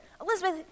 Elizabeth